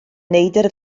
neidr